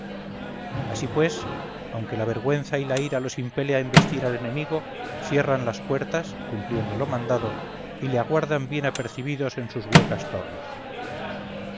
así pues aunque la vergüenza y la ira los impele a embestir al enemigo cierran las puertas cumpliendo lo mandado y le aguardan bien apercibidos en sus huecas torres